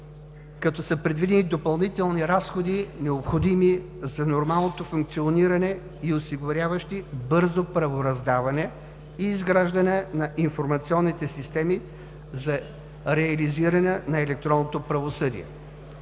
като са предвидени допълнителни разходи, необходими за нормалното функциониране и осигуряващи бързо правораздаване и изграждане на информационните системи за реализиране на електронното правосъдие.